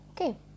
Okay